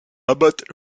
abattre